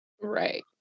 Right